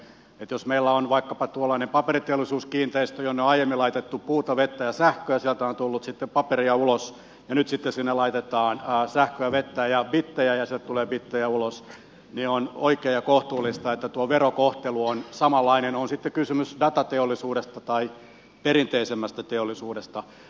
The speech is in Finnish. jos meillä on vaikkapa tuollainen paperiteollisuuskiinteistö jonne on aiemmin laitettu puuta vettä ja sähköä ja josta on tullut sitten paperia ulos ja nyt sitten sinne laitetaan sähköä vettä ja bittejä ja sieltä tulee bittejä ulos niin on oikein ja kohtuullista että tuo verokohtelu on samanlainen on sitten kysymys datateollisuudesta tai perinteisemmästä teollisuudesta